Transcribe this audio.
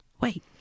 Wait